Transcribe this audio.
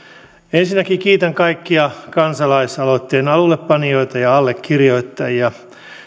ensinnäkin kiitän kaikkia kansalaisaloitteen alullepanijoita ja allekirjoittajia